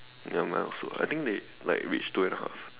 ya mine also I think they like reach two and a half